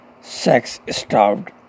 sex-starved